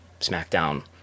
SmackDown